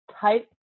type